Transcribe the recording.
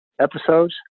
episodes